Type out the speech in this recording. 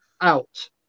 out